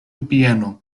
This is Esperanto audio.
bieno